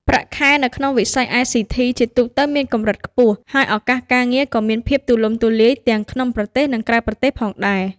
ប្រាក់ខែនៅក្នុងវិស័យ ICT ជាទូទៅមានកម្រិតខ្ពស់ ហើយឱកាសការងារក៏មានភាពទូលំទូលាយទាំងក្នុងប្រទេសនិងក្រៅប្រទេសផងដែរ។